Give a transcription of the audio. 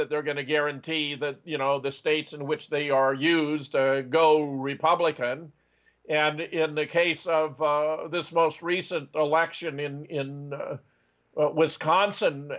that they're going to guarantee that you know the states in which they are used to go republican and in the case of this most recent election in wisconsin